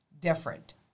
different